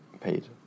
paid